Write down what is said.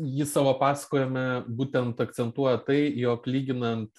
ji savo pasakojime būtent akcentuoja tai jog lyginant